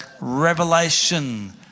Revelation